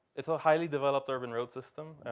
it's a highly developed urban road system.